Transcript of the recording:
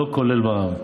לא כולל מע"מ.